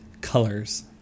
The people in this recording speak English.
Colors